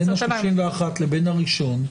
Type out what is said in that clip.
בין ה-31 לבין ה-1,